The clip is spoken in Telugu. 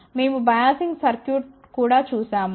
మేము బయాసింగ్ సర్క్యూట్ కూడా చూశాము